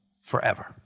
forever